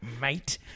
mate